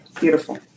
Beautiful